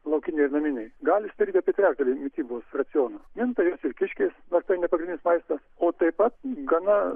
laukiniai ir naminiai gali sudaryti apie trečdalį mitybos raciono minta jos ir kiškiais nors tai ne pagrindinis maistas o taip pat gana